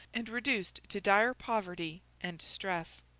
and reduced to dire poverty and distress.